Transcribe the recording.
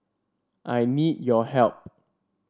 I need your help